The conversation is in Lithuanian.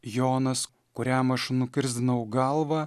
jonas kuriam aš nukirsdinau galvą